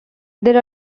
there